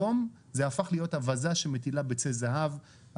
היום זה הפך להיות אווזה שמטילה ביצי זהב,